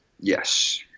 Yes